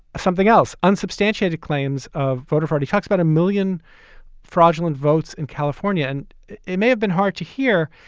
something else, unsubstantiated claims of voter fraud. he talks about a million fraudulent votes in california. and it may have been hard to hear,